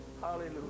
hallelujah